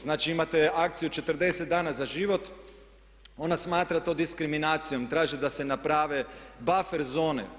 Znači, imate Akciju „40 dana za život“, ona smatra to diskriminacijom i traži da se naprave buffer zone.